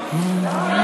יוחל,